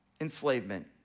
Enslavement